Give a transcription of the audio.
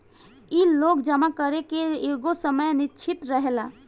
इ लोन जमा करे के एगो समय निश्चित रहेला